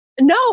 No